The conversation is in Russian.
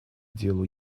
делу